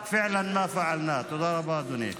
וזה אכן מה שעשינו.) תודה רבה, אדוני.